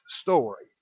story